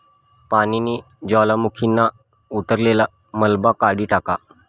पानीनी ज्वालामुखीना उतरलेल मलबा काढी टाका